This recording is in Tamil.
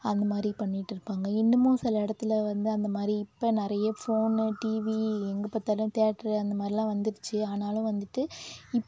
அந்த மாதிரி பண்ணிகிட்ருப்பாங்க இன்னுமும் சில இடத்துல வந்து அந்த மாதிரி இப்போ நிறைய ஃபோனு டிவி எங்கே பார்த்தாலும் தேட்ரு அந்த மாதிரிலாம் வந்துடுச்சு ஆனாலும் வந்துட்டு